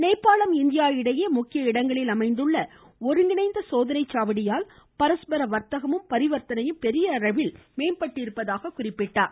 நேபாளம் India இடையே முக்கிய இடங்களில் அமைந்துள்ள ஒருங்கிணைந்த சோதனை சாவடியால் பரஸ்பர வர்த்தகமும் பரிவர்த்தனையும் பெரிய அளவில் நடைபெறுவதாக கூறினார்